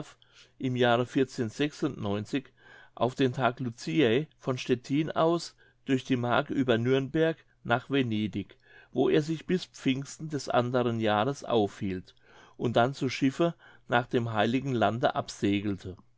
im jahre auf den tag luciä von stettin aus durch die mark über nürnberg nach venedig wo er sich bis pfingsten des anderen jahres aufhielt und dann zu schiffe nach dem heiligen lande